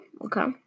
Okay